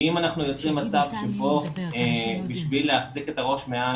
אם אנחנו יוצרים מצב שבו כדי להחזיק את הראש מעל